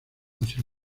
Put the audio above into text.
hacia